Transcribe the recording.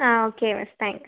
ആ okay miss thank U